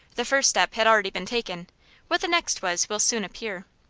the first step had already been taken what the next was will soon appear.